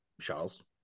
Charles